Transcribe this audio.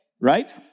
right